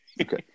Okay